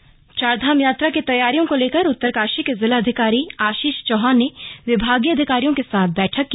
बैठक उत्तरकाशी चारधाम यात्रा की तैयारियों को लेकर उत्तरकाशी के जिलाधिकारी आशीष चौहान ने विभागीय अधिकारियों के साथ बैठक की